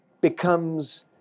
becomes